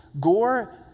Gore